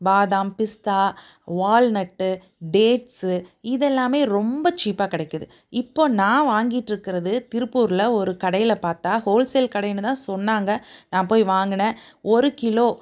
பாதாம் பிஸ்தா walnut dates இதெல்லாமே ரொம்ப சீப்பாக கிடைக்கிது இப்போது நான் வாங்கிட்ருக்கிறது திருப்பூரில் ஒரு கடையில் பார்த்தா ஹோல்சேல் கடையினுதான் சொன்னாங்க நான் போய் வாங்கினேன் ஒரு கிலோ